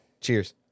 Cheers